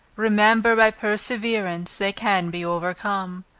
remember by perseverance, they can be overcome.